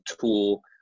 tool